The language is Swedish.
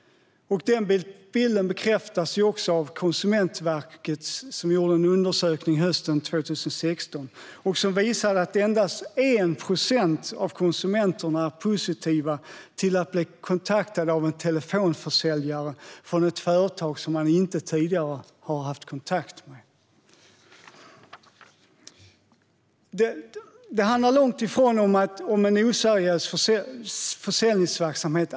Den bilden bekräftas också av den undersökning Konsumentverket gjorde hösten 2016. Den visade att endast 1 procent av konsumenterna är positiva till att bli kontaktade av telefonförsäljare från företag som de inte tidigare har haft kontakt med. Det handlar långt ifrån alltid om en oseriös försäljningsverksamhet.